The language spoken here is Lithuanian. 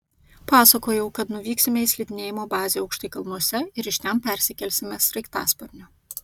pasakojau kad nuvyksime į slidinėjimo bazę aukštai kalnuose ir iš ten persikelsime sraigtasparniu